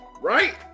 right